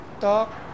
talk